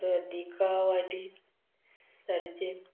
प्रदीकांवाटी सारचे